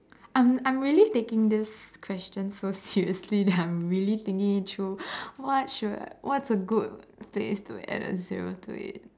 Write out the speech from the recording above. I'm I'm really taking this question so seriously that I'm really thinking it through what should what's a good place to add a zero to it